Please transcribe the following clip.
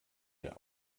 der